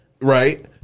right